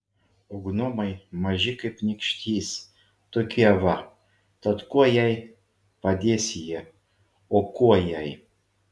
o gnomai maži kaip nykštys tokie va tad kuo jai padės jie o kuo jai